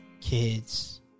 Kids